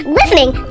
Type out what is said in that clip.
listening